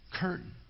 curtain